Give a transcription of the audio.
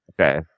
okay